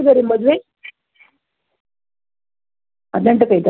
ಈಗ ಆ ರೋಜ್ ಅಂದ್ರೆ ಚಟ್ಟಿ ಗುಲಾಬಿ ಅಂತ ಬರುತ್ತೆ ಅಲ್ಲರೀ ಒಂದು ಒಂದು ಹತ್ತು ರೂಪಾಯ್ಗೆ ಒಂದು ಒಂದು ಪಾಕೆಟ್ ಅವು